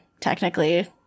technically